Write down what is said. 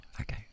Okay